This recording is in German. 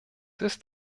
ist